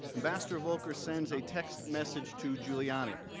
ambassador volker sent a text message to giuliani.